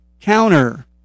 counter